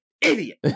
idiot